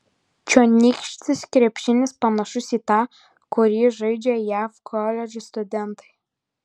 čionykštis krepšinis panašus į tą kurį žaidžia jav koledžų studentai